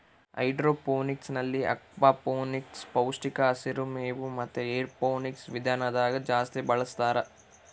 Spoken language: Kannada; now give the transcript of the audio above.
ಹೈಡ್ರೋಫೋನಿಕ್ಸ್ನಲ್ಲಿ ಅಕ್ವಾಫೋನಿಕ್ಸ್, ಪೌಷ್ಟಿಕ ಹಸಿರು ಮೇವು ಮತೆ ಏರೋಫೋನಿಕ್ಸ್ ವಿಧಾನದಾಗ ಜಾಸ್ತಿ ಬಳಸ್ತಾರ